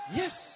yes